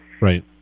Right